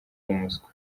umuswa